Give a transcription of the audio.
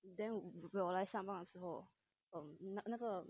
then 我来上班的时候 um 那个